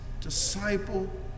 disciple